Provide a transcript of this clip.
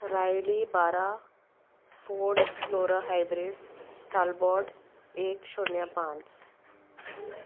Rilee बारा Ford Explorer hybrid Talbot एक शुन्य पांच